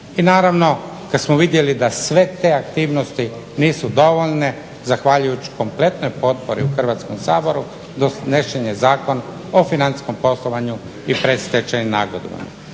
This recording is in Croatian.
I naravno kad smo vidjeli da sve te aktivnosti nisu dovoljne zahvaljujući kompletnoj potpori u Hrvatskom saboru donesen je Zakon o financijskom poslovanju i predstečajnim nagodbama